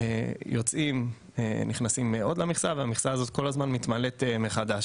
יוצאים ונכנסים והיא מתמלאת מחדש.